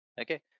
Okay